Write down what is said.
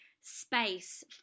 space